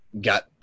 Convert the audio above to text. got